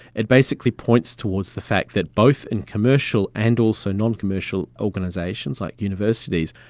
it basically points towards the fact that both in commercial and also non-commercial organisations like universities,